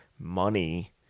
money